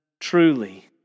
truly